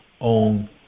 Own